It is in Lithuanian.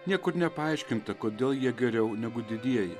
niekur nepaaiškinta kodėl jie geriau negu didieji